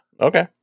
Okay